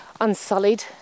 unsullied